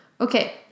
Okay